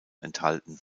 enthalten